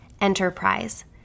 enterprise